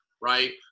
right